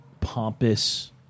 pompous